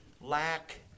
lack